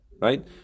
Right